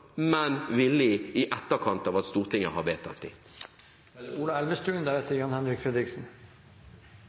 men villig i etterkant av at Stortinget har